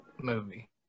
movie